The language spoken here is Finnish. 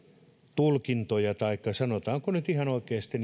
tulkintoja taikka sanotaanko nyt ihan oikeasti